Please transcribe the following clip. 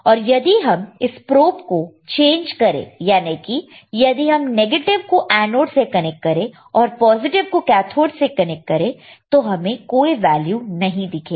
और यदि हम इस प्रोब को चेंज करें याने की यदि हम नेगेटिव को एनोड से कनेक्ट करें और पॉजिटिव को कैथोड से कनेक्ट करें तो हमें कोई वैल्यू नहीं दिखेगा